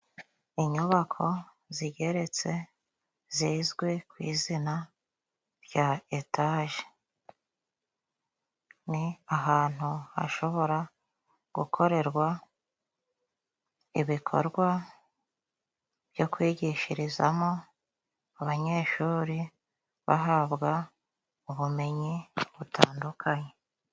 Inyubako zigeretse zizwi ku izina rya etaje. Ni ahantu hashobora gukorerwa ibikorwa byo kwigishirizamo abanyeshuri bahabwa ubumenyi butandukanye.